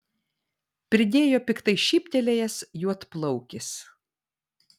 pridėjo piktai šyptelėjęs juodplaukis